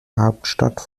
hauptstadt